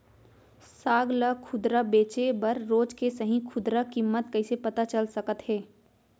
साग ला खुदरा बेचे बर रोज के सही खुदरा किम्मत कइसे पता चल सकत हे?